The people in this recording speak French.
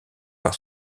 par